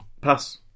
pass